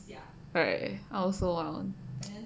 right I also want